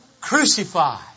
crucified